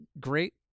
great